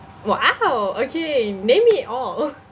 !wow! okay name me all